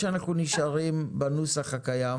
נשארים בנוסח הקיים